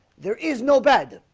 there is no bad